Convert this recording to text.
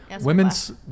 Women's